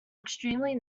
extremely